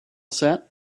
set